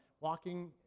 Walking